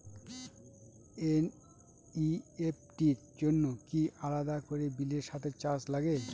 NEFT র জন্য কি আলাদা করে বিলের সাথে চার্জ লাগে?